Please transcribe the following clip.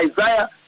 Isaiah